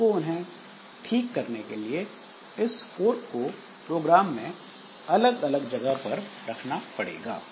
आपको उन्हें ठीक करने के लिए इस फोर्क को प्रोग्राम में अलग अलग जगह पर रखना पड़ेगा